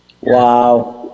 wow